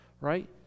Right